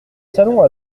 salon